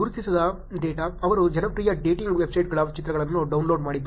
ಗುರುತಿಸದ data ಅವರು ಜನಪ್ರಿಯ dating ವೆಬ್ಸೈಟ್ಗಳ ಚಿತ್ರಗಳನ್ನು ಡೌನ್ಲೋಡ್ ಮಾಡಿದ್ದಾರೆ